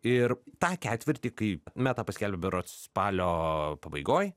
ir tą ketvirtį kai meta paskelbė berods spalio pabaigoj